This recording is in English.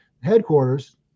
headquarters